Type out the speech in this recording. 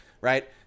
right